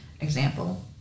example